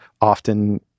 often